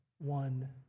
one